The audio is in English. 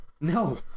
No